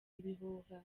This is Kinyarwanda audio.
ibihuha